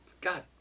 God